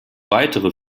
weitere